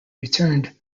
returned